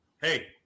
hey